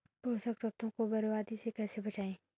पोषक तत्वों को बर्बादी से कैसे बचाएं?